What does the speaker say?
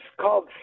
called